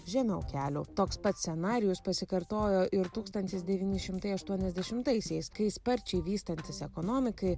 žemiau kelio toks pats scenarijus pasikartojo ir tūkstantis devyni šimtai aštuoniasdešimtaisiais kai sparčiai vystantis ekonomikai